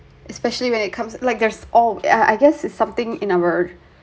especially when it comes like there's all yeah I guess it's something in our